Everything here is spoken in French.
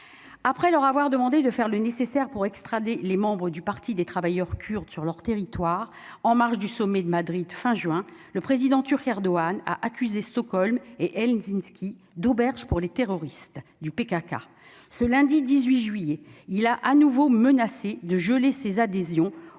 après leur avoir demandé de faire le nécessaire pour extrader les membres du Parti des travailleurs kurdes sur leur territoire en marge du sommet de Madrid fin juin, le président turc, Erdogan a accusé Stockholm et elle Nijinski d'auberges pour les terroristes du PKK, ce lundi 18 juillet il a à nouveau menacé de geler ses adhésions